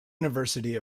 university